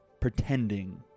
pretending